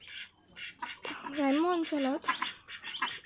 গ্ৰাম্য অঞ্চলত